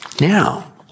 Now